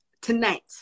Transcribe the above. tonight